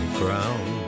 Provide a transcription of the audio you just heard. ground